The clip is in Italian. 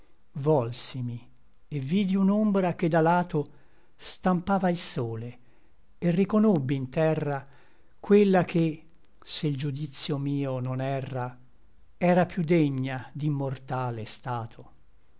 volsimi et vidi un'ombra che da lato stampava il sole et riconobbi in terra quella che se l giudicio mio non erra era piú degna d'immortale stato